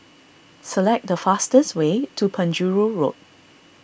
select the fastest way to Penjuru Road